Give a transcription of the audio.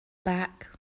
back